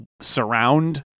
surround